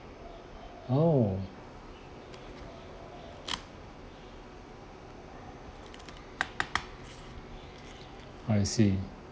!ow! I see